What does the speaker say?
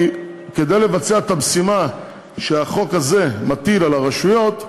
כי כדי לבצע את המשימה שהחוק הזה מטיל על הרשויות,